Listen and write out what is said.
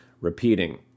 repeating